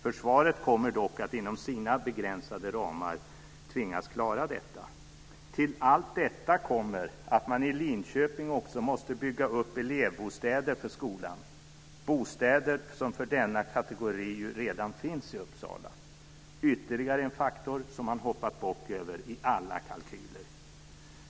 Försvaret kommer dock att inom sina begränsade ramar tvingas klara detta. Till allt detta kommer att man i Linköping också måste bygga upp elevbostäder för skolan, bostäder som för denna kategori redan finns i Uppsala - ytterligare en faktor som man hoppat bock över i alla kalkyler.